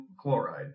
chloride